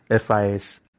FIS